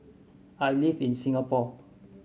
I live in Singapore